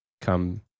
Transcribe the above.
come